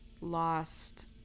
lost